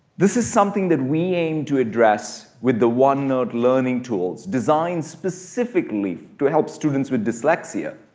this is something that we aim to address with the onenote learning tools designed specifically to help students with dyslexia,